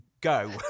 go